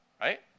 right